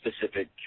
specific